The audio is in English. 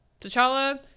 t'challa